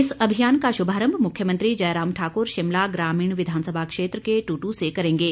इस अभियान का शुभारंभ मुख्यमंत्री जयराम ठाकुर शिमला ग्रामीण विधानसभा क्षेत्र के दुदू से करेंगे